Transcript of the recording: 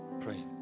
Pray